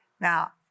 now